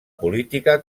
política